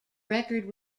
record